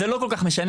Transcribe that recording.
זה לא כל כך משנה,